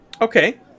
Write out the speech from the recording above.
Okay